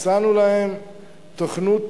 הצענו להם תוכנית